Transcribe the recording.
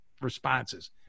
responses